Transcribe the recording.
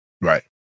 Right